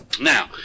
Now